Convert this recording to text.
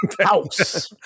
House